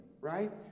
right